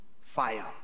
fire